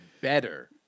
better